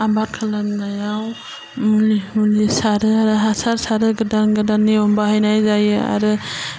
आबाद खालामनायाव मुलि मुलि सारो आरो हासार सारो गोदान गोदान नियम बाहायनाय जायो आरो